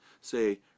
say